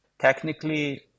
technically